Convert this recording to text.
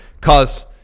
cause